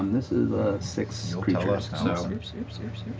um this is a six so creature ah so so spell.